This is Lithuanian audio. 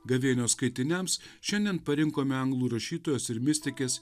gavėnios skaitiniams šiandien parinkome anglų rašytojos ir mistikės